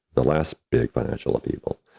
the last big financial upheaval,